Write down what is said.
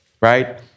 right